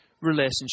relationship